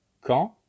quand